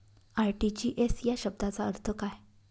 RTGS या शब्दाचा अर्थ काय?